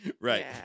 Right